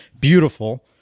beautiful